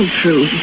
true